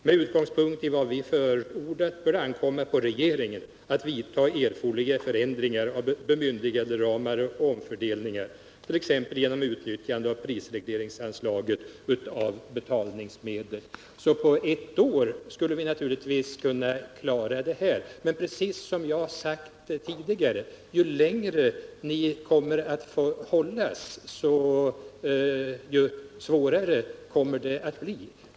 Med utgångspunkt i vad vi förordat bör det ankomma på regeringen att vidta erforderliga förändringar i bemyndiganderamar och omfördelningar, t.ex. genom utnyttjande av prisregleringsanslaget. På ett år skulle vi naturligtvis kunna klara det här, men det är som jag har sagt tidigare: Ju längre ni får hållas, desto svårare kommer det att bli.